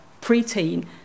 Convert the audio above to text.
preteen